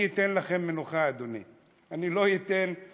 אני אתן לכם מנוחה, אדוני, אני לא אתן את